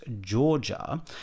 Georgia